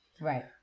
right